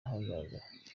ahagaragara